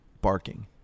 barking